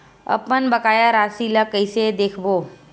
अपन बकाया राशि ला कइसे देखबो?